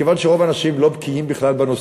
מכיוון שרוב האנשים לא בקיאים בכלל בנושאים,